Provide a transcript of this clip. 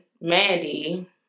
Mandy